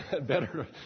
Better